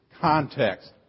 context